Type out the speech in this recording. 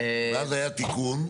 ואז היה תיקון.